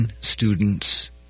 students